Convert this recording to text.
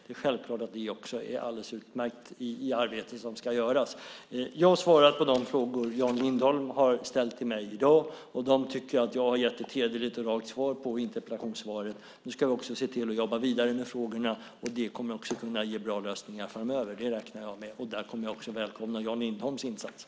Det är självklart att det också är alldeles utmärkt i det arbete som ska göras. Jag svarar på de frågor som Jan Lindholm har ställt till mig i dag. De tycker jag att jag har gett ett hederligt och rakt svar på i interpellationssvaret. Nu ska vi se till att jobba vidare med frågorna. Det kommer att kunna ge bra lösningar framöver. Det räknar jag med. Där kommer jag också att välkomna Jan Lindholms insatser.